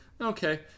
Okay